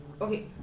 okay